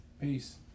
Peace